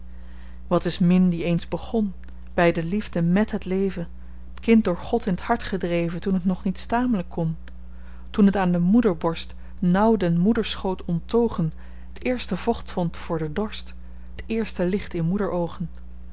wat is min die eens begon by de liefde mèt het leven t kind door god in t hart gedreven toen het nog niet staam'len kon toen het aan de moederborst nauw den moederschoot onttogen t eerste vocht vond voor den dorst t eerste licht in moederoogen